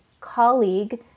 colleague